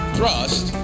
Thrust